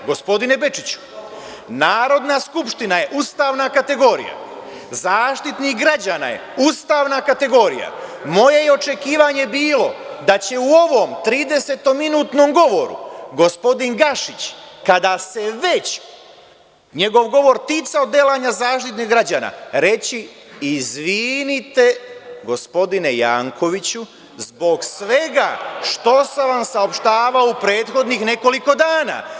Gospodine Bečiću, Narodna skupština je ustavna kategorija, Zaštitnik građana je ustavna kategorija, moje je očekivanje bilo da će u ovom tridesetminutnom govoru gospodin Gašić kada se već njegov govor ticao delanja Zaštitnika građana reći – izvinite gospodine Jankoviću, zbog svega što sam vam saopštavao u prethodnih nekoliko dana.